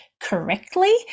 correctly